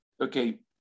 okay